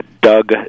Doug